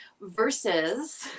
versus